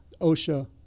osha